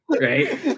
right